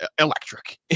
electric